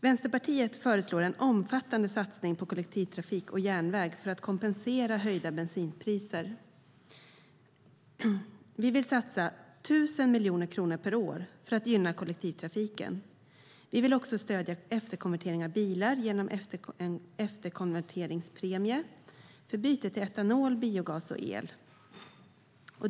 Vänsterpartiet föreslår en omfattande satsning på kollektivtrafik och järnväg för att kompensera höjda bensinpriser. Vi vill satsa 1 000 miljoner kronor per år för att gynna kollektivtrafiken. Vi vill också stödja efterkonverteringen av bilar genom en efterkonverteringspremie för byte till etanol, biogas eller el.